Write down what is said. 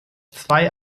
zwei